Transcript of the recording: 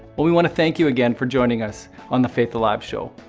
but we wanna thank you again for join us on the faith alive show.